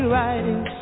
riding